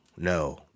No